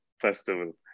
festival